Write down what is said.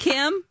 Kim